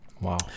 wow